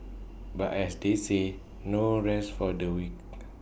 but as they say no rest for the wicked